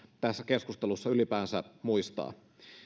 tässä keskustelussa ylipäänsä muistaa